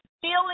feeling